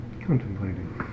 Contemplating